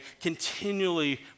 continually